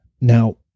Now